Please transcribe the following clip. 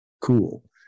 cool